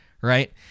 right